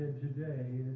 today